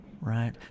Right